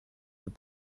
but